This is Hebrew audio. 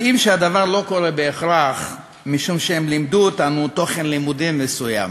יודע שהדבר לא קורה בהכרח משום שהם לימדו אותנו תוכן לימודים מסוים,